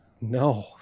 no